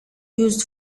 used